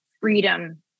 freedom